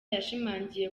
yashimangiye